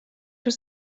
was